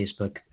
Facebook